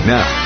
Now